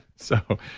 so,